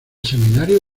seminario